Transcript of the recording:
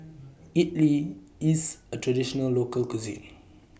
Idili IS A Traditional Local Cuisine